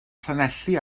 llanelli